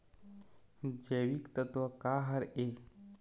जैविकतत्व का हर ए?